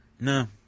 No